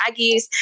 Aggies